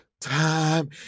Time